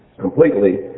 completely